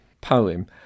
poem